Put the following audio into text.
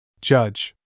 Judge